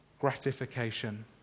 gratification